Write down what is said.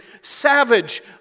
savage